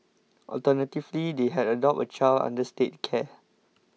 alternatively they had adopt a child under State care